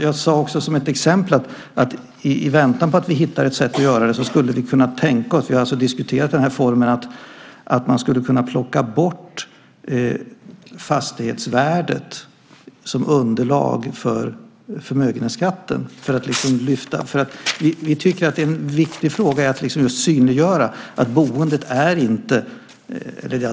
Jag sade också som ett exempel att vi i väntan på att vi hittar ett sätt att göra det skulle kunna tänka oss att man plockar bort fastighetsvärdet som underlag för förmögenhetsskatten. Vi har diskuterat den formen.